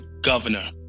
governor